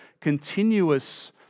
continuous